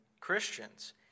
Christians